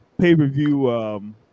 pay-per-view